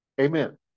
Amen